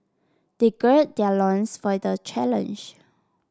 they gird their loins for the challenge